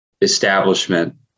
establishment